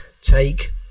take